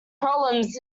problems